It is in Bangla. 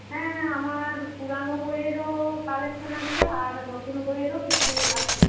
হ্যাঁ আমার পুরনো বইয়েরও কালেকশান আছে আর নতুন বইয়েরও কিছু আছে